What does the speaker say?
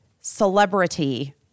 celebrity